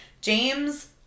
James